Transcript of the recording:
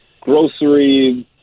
groceries